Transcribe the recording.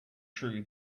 true